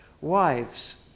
Wives